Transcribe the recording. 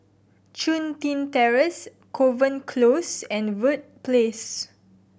Chun Tin Terrace Kovan Close and Verde Place